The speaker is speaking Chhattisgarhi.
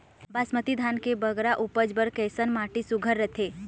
बासमती धान के बगरा उपज बर कैसन माटी सुघ्घर रथे?